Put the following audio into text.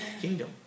kingdom